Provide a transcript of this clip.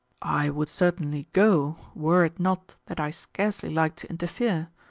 i would certainly go were it not that i scarcely like to interfere.